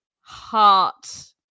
heart